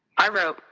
i wrote,